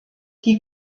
die